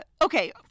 Okay